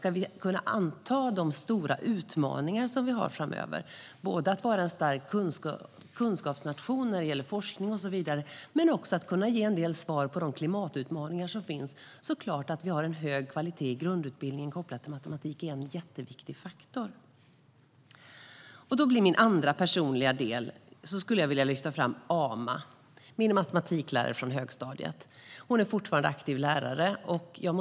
Ska vi kunna anta de stora utmaningar vi har framöver, som att vara en stark kunskapsnation vad gäller forskning med mera och kunna ge en del svar på de klimatutmaningar som finns, är en hög kvalitet i grundutbildningen i matematik en jätteviktig faktor. I min andra personliga reflektion vill jag lyfta fram min matematiklärare från högstadiet, "Ama". Hon är fortfarande aktiv lärare.